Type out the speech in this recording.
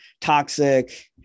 toxic